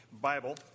Bible